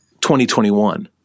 2021